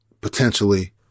potentially